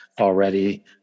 already